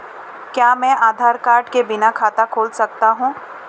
क्या मैं आधार कार्ड के बिना खाता खुला सकता हूं?